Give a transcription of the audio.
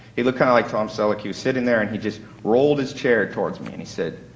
he looked kind of like tom selick. he was sitting there, and he just rolled his chair towards me. and he said,